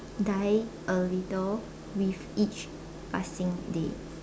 die a little with each passing day